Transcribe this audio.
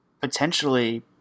potentially